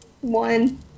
one